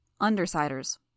Undersiders